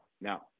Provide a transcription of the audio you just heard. now